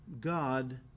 God